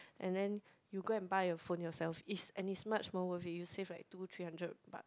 and then you go and buy your phone yourself it's and it's much more worth it you save like two three hundred buck